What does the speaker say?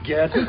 Get